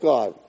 God